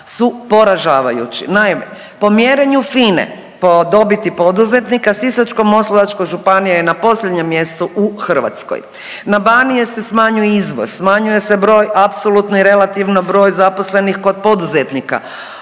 su poražavajući. Naime, po mjerenju FINA-e, po dobiti poduzetnika Sisačko-moslavačka županija je na posljednjem mjestu u Hrvatskoj. Na Baniji se smanjuje izvoz, smanjuje se broj apsolutno i relativno broj zaposlenih kod poduzetnika,